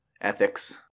ethics